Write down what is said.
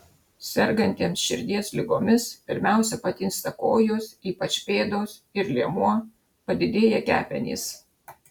sergantiems širdies ligomis pirmiausia patinsta kojos ypač pėdos ir liemuo padidėja kepenys